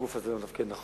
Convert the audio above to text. הגוף הזה לא מתפקד נכון.